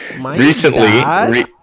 recently